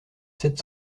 sept